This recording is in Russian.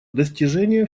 достижение